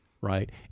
right